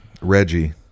Reggie